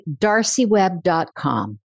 darcyweb.com